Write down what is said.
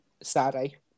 Saturday